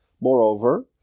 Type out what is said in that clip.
Moreover